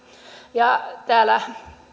täällä